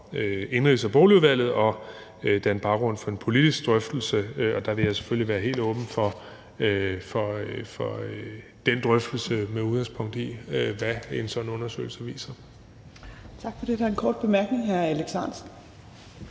Indenrigs- og Boligudvalget og danne baggrund for en politisk drøftelse. Der vil jeg selvfølgelig være helt åben for den drøftelse med udgangspunkt i, hvad en sådan undersøgelse viser. Kl. 14:31 Fjerde næstformand (Trine